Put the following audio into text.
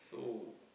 so